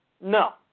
No